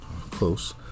close